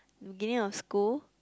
beginning of school